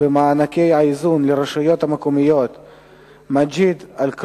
במענקי האיזון ברשויות המקומיות מג'ד-אל-כרום,